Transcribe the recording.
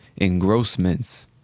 Engrossments